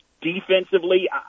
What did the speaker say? defensively